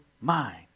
mind